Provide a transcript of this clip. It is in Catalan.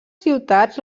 ciutats